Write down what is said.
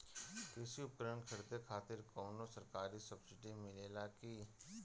कृषी उपकरण खरीदे खातिर कउनो सरकारी सब्सीडी मिलेला की?